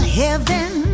heaven